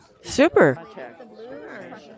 Super